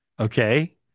Okay